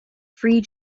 free